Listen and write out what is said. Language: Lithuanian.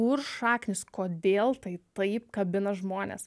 kur šaknys kodėl tai taip kabina žmones